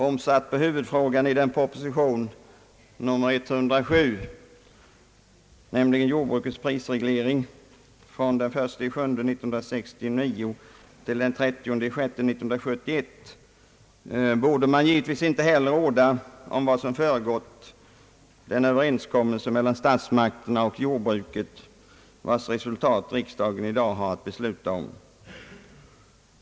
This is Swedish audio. Omsatt på huvudfrågan i proposition nr 107, nämligen Jordbrukets prisreglering fr.o.m. den 1 6 1971, skulle det innebära att man givetvis inte heller bör orda om vad som föregått den överenskommelse mellan statsmakterna och jordbruket vars resultat riksdagen i dag har att besluta om.